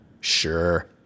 sure